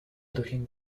looking